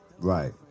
Right